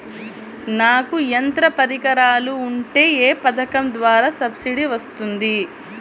నాకు యంత్ర పరికరాలు ఉంటే ఏ పథకం ద్వారా సబ్సిడీ వస్తుంది?